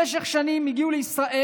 במשך שנים הגיעו לישראל,